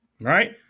right